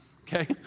Okay